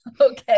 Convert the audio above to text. okay